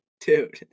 Dude